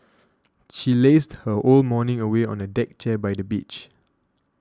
she lazed her whole morning away on a deck chair by the beach